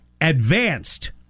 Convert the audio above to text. advanced